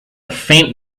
faint